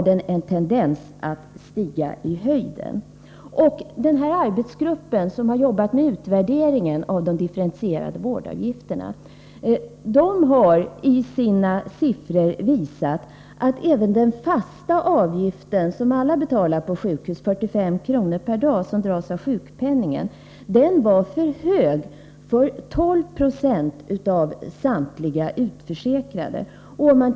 Den arbetsgrupp som gjort utvärderingen av de differentierade vårdavgifterna har i sitt siffermaterial visat att även den fasta avgiften, dvs. den avgift med 45 kr. per dag som alla betalar på sjukhus och som dras av på sjukpenningen, var för hög för 12 96 av samtliga utförsäkrade.